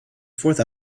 fourth